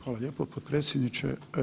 Hvala lijepo potpredsjedniče.